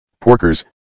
Porkers